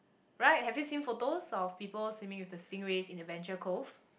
right have you seen photos of people swimming with the stingrays in Adventure-Cove